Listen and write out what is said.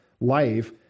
life